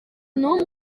n’umwe